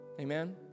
Amen